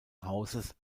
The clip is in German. hauses